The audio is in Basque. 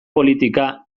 politika